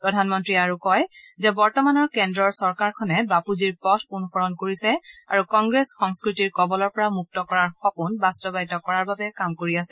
প্ৰধানমন্ত্ৰীয়ে আৰু কয় যে বৰ্তমানৰ কেন্দ্ৰৰ চৰকাৰখনে বাপুজীৰ পথ অনুসৰণ কৰিছে আৰু দেশক কংগ্ৰেছ সংস্কৃতিৰ কবলৰ পৰা মুক্ত কৰাৰ সপোন বাস্তৱায়িত কৰাৰ বাবে কাম কৰি আছে